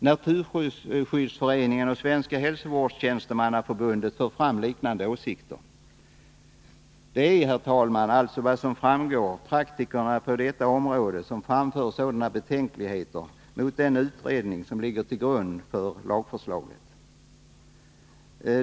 Naturskyddsföreningen och Svenska hälsovårdstjänstemannaförbundet för fram liknande åsikter. Det är, herr talman, alltså praktikerna på detta område som framför sådana betänkligheter mot den utredning som ligger till grund för lagförslaget.